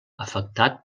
afectat